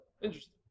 Interesting